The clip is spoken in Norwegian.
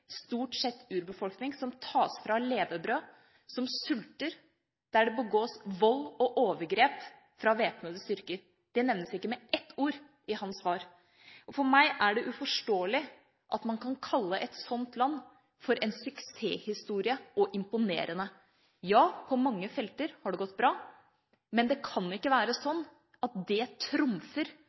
stort sett urbefolkning som tas fra levebrødet, som sulter, og der det begås vold og overgrep fra væpnede styrker. Det nevnes ikke med ett ord i hans svar. For meg er det uforståelig at man kan kalle et sånt land for «en suksesshistorie» og «imponerende». Ja, på mange felter har det gått bra, men det kan ikke være sånn at det trumfer